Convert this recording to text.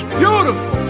beautiful